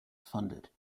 funded